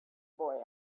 boy